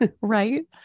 Right